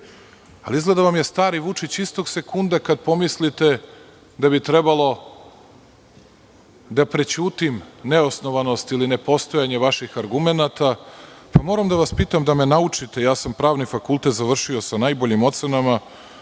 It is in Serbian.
Izgleda vam stari Vučić istog sekunda kada pomislite da bi trebalo da prećutim neosnovanost ili nepostojanje vaših argumenata, pa moram da vas pitam da me naučite, jer ja sam pravni fakultet završio sa najboljim ocenama,